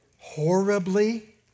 horribly